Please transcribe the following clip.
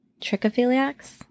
Trichophiliacs